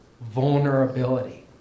vulnerability